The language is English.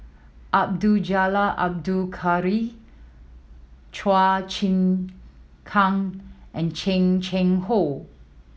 Abdul Jalil Abdul Kadir Chua Chim Kang and Chan Chang How